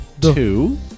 two